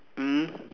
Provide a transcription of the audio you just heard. mm